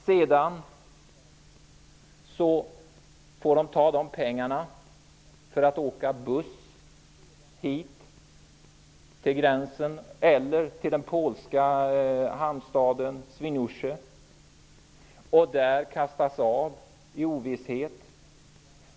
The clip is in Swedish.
Sedan får de ta pengarna till att åka buss hit till gränsen eller till den polska hamnstaden Swinoujsie och där kastas av i ovisshet.